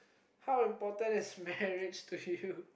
how important is marriage to you